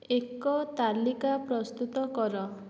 ଏକ ତାଲିକା ପ୍ରସ୍ତୁତ କର